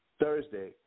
Thursday